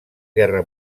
guerra